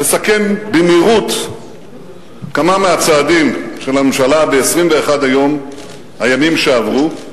לסכם במהירות כמה מהצעדים של הממשלה ב-21 הימים שעברו.